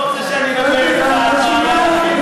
אתה לא רוצה שאני אדבר אתך על בעיית החינוך, אה?